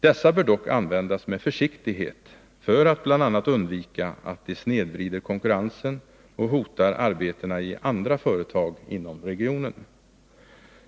Dessa bör dock användas med försiktighet, bl.a. för att man skall kunna undvika att de snedvrider konkurrensen och hotar arbetena i andra företag inom regionen.